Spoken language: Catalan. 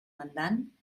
mandant